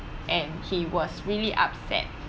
and he was really upset